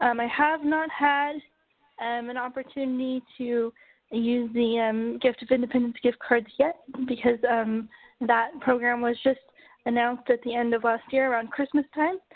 um i have not had um an opportunity to to use the um gift of independence gift cards yet because um that program was just announced at the end of last year, around christmas time.